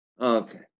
Okay